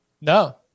No